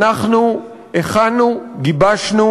אנחנו הכנו, גיבשנו